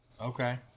okay